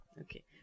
Okay